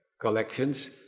collections